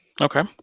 okay